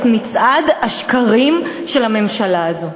את מצעד השקרים של הממשלה הזאת.